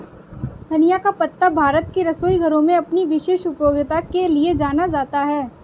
धनिया का पत्ता भारत के रसोई घरों में अपनी विशेष उपयोगिता के लिए जाना जाता है